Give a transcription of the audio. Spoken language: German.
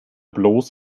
bloß